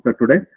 today